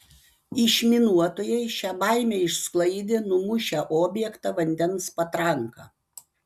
išminuotojai šią baimę išsklaidė numušę objektą vandens patranka